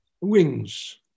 wings